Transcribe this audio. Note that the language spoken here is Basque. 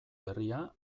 berria